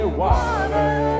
water